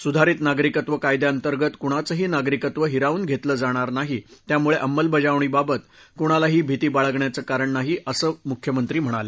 सुधारित नागरिकत्व कायद्यांअंतर्गत कुणाचंही नागरिकत्व हिरावून घेतलं जाणार नाही त्यामुळे अंमजबजाणीबाबत कुणालाही भिती बाळगण्याचं कारण नाही असंही मुख्यमंत्री म्हणाले